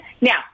Now